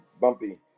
Bumpy